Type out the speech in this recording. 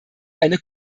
eine